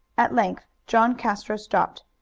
at length john castro stopped.